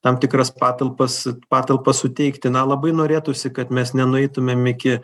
tam tikras patalpas patalpas suteikti na labai norėtųsi kad mes nenueitumėm iki